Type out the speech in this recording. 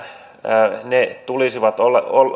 mitä ne tulisivat olemaan